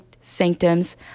sanctums